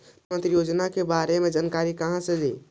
प्रधानमंत्री योजना के बारे मे जानकारी काहे से ली?